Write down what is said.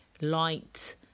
light